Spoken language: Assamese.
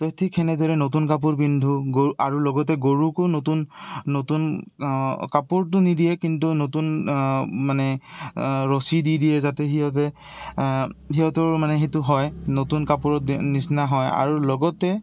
ঠিক সেনেদৰে নতুন কাপোৰ পিন্ধোঁ গৰু আৰু লগতে গৰুকো নতুন নতুন কাপোৰটো নিদিয়ে কিন্তু নতুন মানে ৰছী দি দিয়ে যাতে সিহঁতে সিহঁতৰ মানে সেইটো হয় নতুন কাপোৰত নিচিনা হয় আৰু লগতে